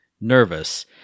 nervous